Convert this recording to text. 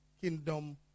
kingdom